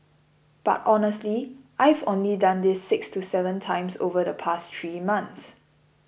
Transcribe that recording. but honestly I've only done this six to seven times over the past three months